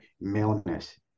maleness